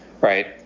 Right